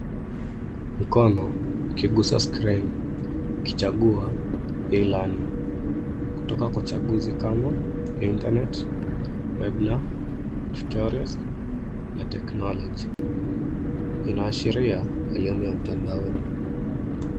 Mkono ukiguza screen ukichagua e-learning kutoka kwa chaguzi kama internet, webinar, tutorials na technology . Inaashiria elimu ya matandaoni.